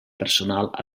personal